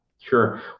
Sure